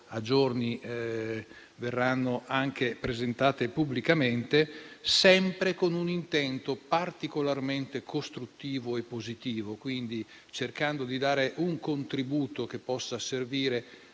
a giorni verranno presentati pubblicamente, sempre con intento particolarmente costruttivo e positivo, cercando di dare un contributo che possa servire